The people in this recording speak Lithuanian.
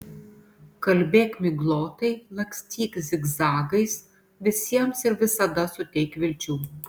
kalbėk miglotai lakstyk zigzagais visiems ir visada suteik vilčių